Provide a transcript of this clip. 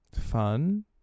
fun